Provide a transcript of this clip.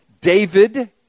David